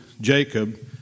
Jacob